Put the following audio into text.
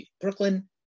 Brooklyn